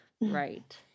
Right